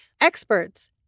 experts